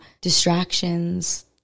distractions